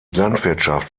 landwirtschaft